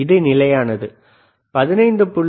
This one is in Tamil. இது நிலையானது 15